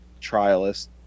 trialist